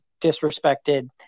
disrespected